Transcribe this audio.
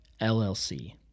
LLC